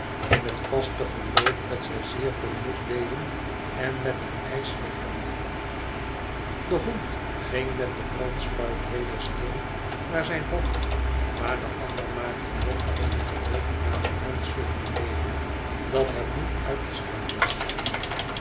in het vaste geloof dat zij zeer veel nut deden en met een ijselijk geblaf de hond ging met de brandspuit weder stil naar zijn hok maar de ander maakte nog eenige weken na den brand zulk een leven dat het niet uit te staan was